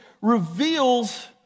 reveals